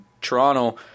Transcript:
Toronto